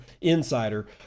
Insider